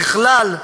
ככלל,